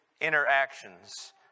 interactions